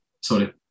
sorry